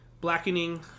Blackening